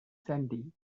sandy